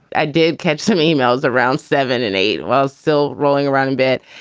i did catch some emails around seven and eight while still rolling around a bit.